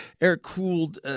air-cooled